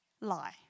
lie